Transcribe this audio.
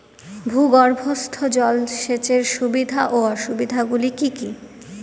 ভূগর্ভস্থ জল সেচের সুবিধা ও অসুবিধা গুলি কি কি?